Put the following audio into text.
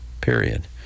period